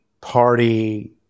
party